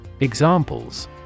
Examples